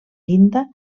llinda